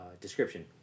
description